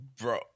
bro